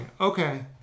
Okay